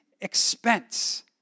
expense